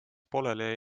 pooleli